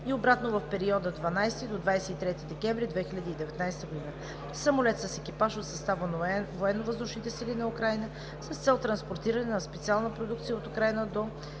и обратно в периода 12 до 23 декември 2019 г.; - самолет с екипаж от състава на военновъздушните сили на Украйна с цел транспортиране на специална продукция от Украйна до